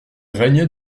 régnait